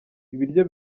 ibiryo